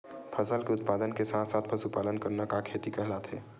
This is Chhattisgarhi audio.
फसल के उत्पादन के साथ साथ पशुपालन करना का खेती कहलाथे?